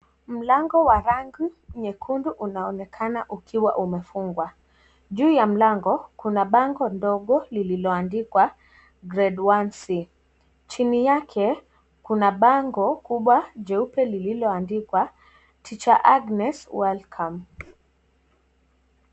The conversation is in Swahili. Mlango wa rangi nyekundu unaonekana ukiwa umefungwa. Juu ya mlango kuna bango ndogo lililoandikwa grade 1 c . Chini yake kuna bango kubwa jeupe lililoandikwa Teacher Agnes Welcome .